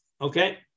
Okay